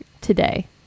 today